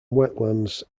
wetlands